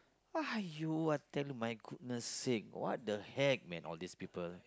!aiyo! I tell you my goodness sake what the heck man all these people